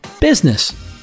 business